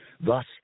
thus